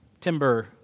timber